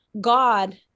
God